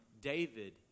David